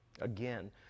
Again